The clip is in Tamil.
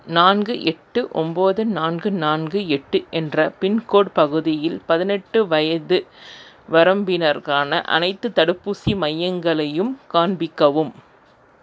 நான்கு எட்டு ஒம்பது நான்கு நான்கு எட்டு என்ற பின்கோட் பகுதியில் பதினெட்டு வயது வரம்பினருக்கான அனைத்துத் தடுப்பூசி மையங்களையும் காண்பிக்கவும்